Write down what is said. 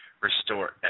Restore